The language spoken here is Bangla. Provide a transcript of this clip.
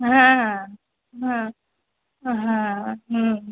হ্যাঁ হ্যাঁ হুম হ্যাঁ হুম